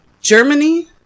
Germany